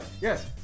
yes